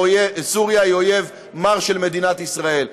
וסוריה היא אויב מר של מדינת ישראל,